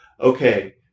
okay